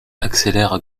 accélère